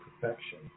perfection